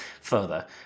further